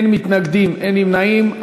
אין מתנגדים ואין נמנעים.